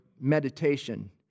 meditation